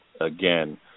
again